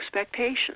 expectations